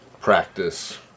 practice